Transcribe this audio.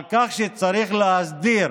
על כך שצריך להסדיר